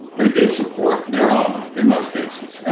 they do support their own in most cases,